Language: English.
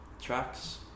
tracks